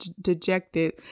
dejected